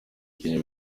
kenya